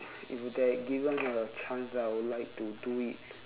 if there given a chance I would like to do it